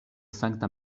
sankta